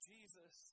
Jesus